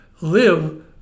live